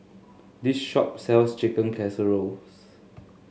this shop sells Chicken Casserole